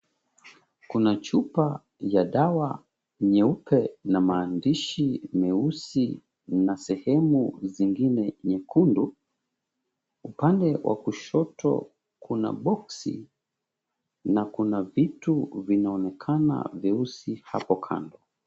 Kuna chupa ya dawa nyeupe na maandishi meusi na sehemu zingine nyekundu. Upande wa kushoto, kuna boksi na kuna vitu vinaonekana vyeusi hapo kando.